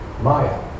maya